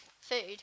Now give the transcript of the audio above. food